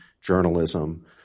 journalism